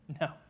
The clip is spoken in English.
No